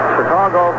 Chicago